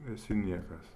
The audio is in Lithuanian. esi niekas